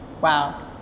Wow